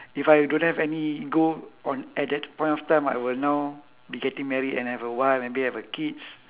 if I don't have any ego on at the point of time I will now be getting married and have a wife and maybe have a kids